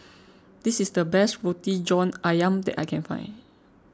this is the best Roti John Ayam that I can find